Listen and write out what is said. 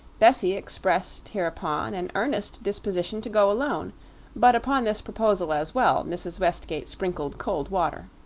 bessie expressed hereupon an earnest disposition to go alone but upon this proposal as well mrs. westgate sprinkled cold water.